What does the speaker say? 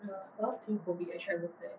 ya or else COVID actually I work there